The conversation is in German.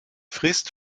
frist